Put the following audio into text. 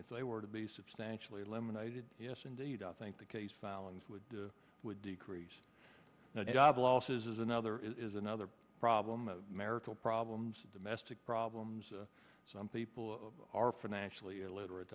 if they were to be substantially lemonade yes indeed i think the case filings would would decrease the job losses is another is another problem of marital problems domestic problems so i'm people are financially illiterate